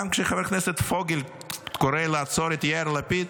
גם כשחבר הכנסת פוגל קורא לעצור את יאיר לפיד,